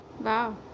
Wow